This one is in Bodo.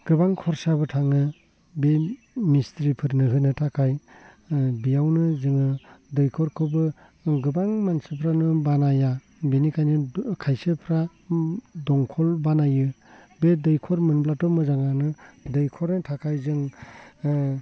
गोबां खरसाबो थाङो बे मिस्ट्रिफोरनो होनो थाखाय बेयावनो जोङो दैखरखोबो गोबां मानसिफ्रानो बानाया बेनिखायनो खायसेफ्रा दंखल बानायो बे दैखर मोनब्लाथ' मोजाङानो दैखरनि थाखाय जों